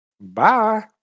Bye